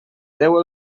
déu